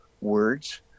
words